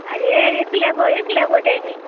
అదీ ఎలుకలే ఎలుకలే కొట్టేసినాయి